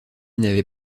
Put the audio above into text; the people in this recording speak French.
n’avait